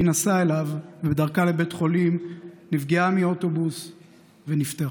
היא נסעה אליו ובדרכה לבית חולים נפגעה מאוטובוס ונפטרה.